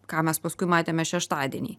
ką mes paskui matėme šeštadienį